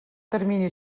termini